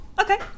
Okay